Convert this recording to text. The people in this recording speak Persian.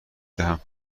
دهم